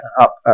up